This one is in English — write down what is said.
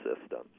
system